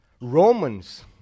Romans